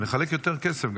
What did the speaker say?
-- ולחלק יותר כסף,